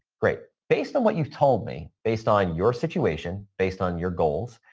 great. based on what you've told me, based on your situation, based on your goals,